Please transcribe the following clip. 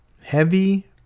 heavy